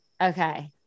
Okay